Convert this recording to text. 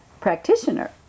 practitioner